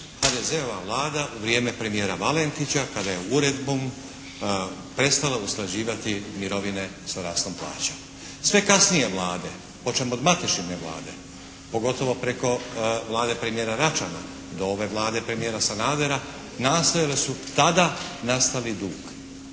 HDZ-ova Vlada u vrijeme premijera Valentića kada je uredbom prestala usklađivati mirovine sa rastom plaća. Sve kasnije Vlade, počem od Matešine Vlade pogotovo preko Vlade premijera Račana do ove Vlade premijera Sanadera, nastojale su tada nastavit dug